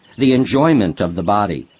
the enjoyment of the body,